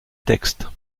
textes